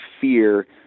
fear